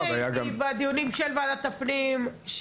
אני הייתי בדיונים של ועדת הפנים.